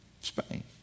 Spain